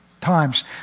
times